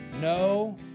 no